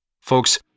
Folks